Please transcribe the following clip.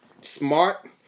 smart